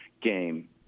game